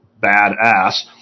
badass